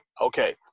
okay